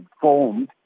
formed